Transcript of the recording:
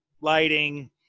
lighting